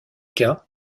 cas